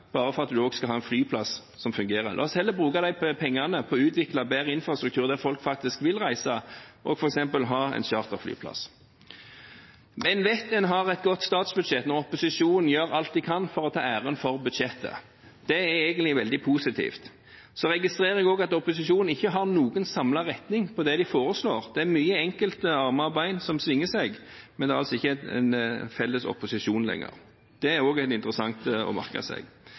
bare for at en skal ha en flyplass som fungerer. La oss heller bruke de pengene til å utvikle bedre infrastruktur der folk faktisk vil reise, og f.eks. ha en charterflyplass. En vet en har et godt statsbudsjett når opposisjonen gjør alt den kan for å ta æren for budsjettet. Det er egentlig veldig positivt. Så registrerer jeg også at opposisjonen ikke står samlet om retningen på det de foreslår. Det er mye enkeltarmer og -bein som svinger seg, men altså ikke en felles opposisjon lenger. Det er også interessant å merke seg.